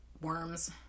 Worms